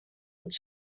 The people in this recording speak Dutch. het